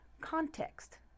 context